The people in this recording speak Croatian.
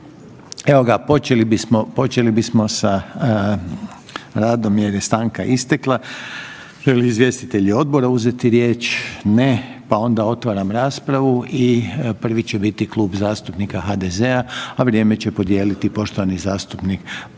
Nastavljamo sa radom jer je stanka istekla. Žele li izvjestitelji odbora uzeti riječ? Ne, pa onda otvaram raspravu i prvi će biti Klub zastupnika HDZ-a, a vrijeme će podijeliti poštovani zastupnik Ante